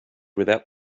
without